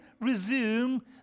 resume